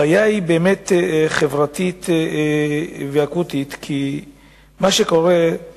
הבעיה היא חברתית ואקוטית, כי מה שקורה הוא